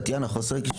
טטיאנה, חוסר רגישות.